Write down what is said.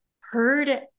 heard